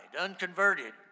unconverted